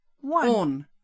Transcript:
one